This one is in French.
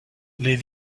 les